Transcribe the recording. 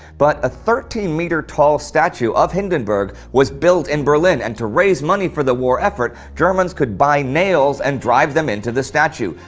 but a thirteen meter tall statue of hindenburg was built in berlin and to raise money for the war effort, germans could buy nails and drive them into the status.